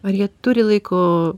ar jie turi laiko